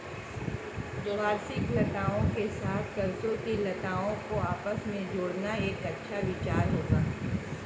वार्षिक लताओं के साथ सरू की लताओं को आपस में जोड़ना एक अच्छा विचार होगा